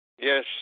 Yes